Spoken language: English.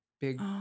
Big